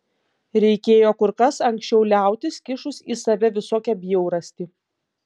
reikėjo kur kas anksčiau liautis kišus į save visokią bjaurastį